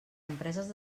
empreses